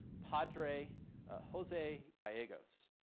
padre jose gallegos,